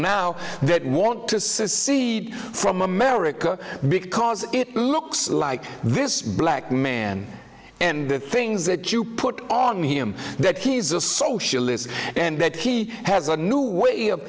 now that want to secede from america because it looks like this black man and the things that you put on him that he's a socialist and that he has a new way of